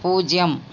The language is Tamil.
பூஜ்ஜியம்